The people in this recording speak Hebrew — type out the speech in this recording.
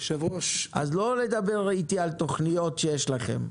אז לא לדבר איתי על תוכניות שיש לכם,